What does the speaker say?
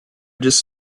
just